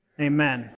amen